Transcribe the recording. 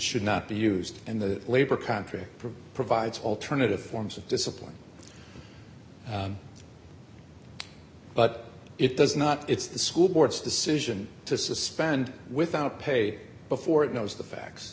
should not be used and the labor contract provides alternative forms of discipline but it does not it's the school board's decision to suspend without pay before it knows the facts